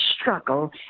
struggle